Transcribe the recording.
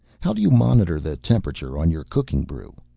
how do you monitor the temperature on your cooking brew?